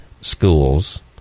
schools –